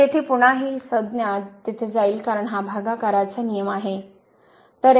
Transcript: तर येथे पुन्हा ही संज्ञा तेथे जाईल कारण हा भागाकाराचा नियम आहे